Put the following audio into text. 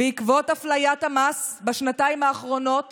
בעקבות אפליית המס, בשנתיים האחרונות